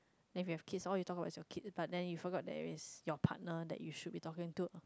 then you have kids all you talk about is your kids but then you forget there is your partner that you should be talking to